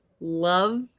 love